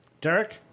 Derek